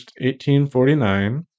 1849